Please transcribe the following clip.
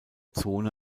zone